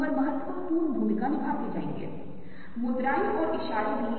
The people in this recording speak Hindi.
हम एक छोटा सा प्रयोग करते हैं दोनों लाइनों को देखें जिन्हें आप अपनी स्क्रीन पर देख रहे हैं